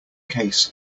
case